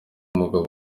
umugabo